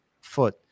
foot